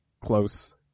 Close